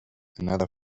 another